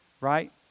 right